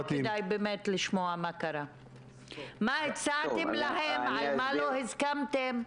מה הצעתם להם, על מה לא הסכמתם?